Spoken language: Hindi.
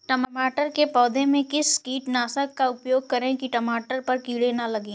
टमाटर के पौधे में किस कीटनाशक का उपयोग करें कि टमाटर पर कीड़े न लगें?